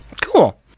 Cool